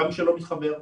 גם שלא מתחבר,